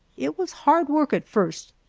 it was hard work at first,